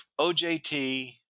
OJT